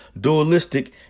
dualistic